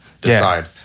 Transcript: decide